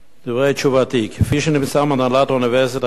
דברי תשובתי: כפי שנמסר מהנהלת האוניברסיטה העברית,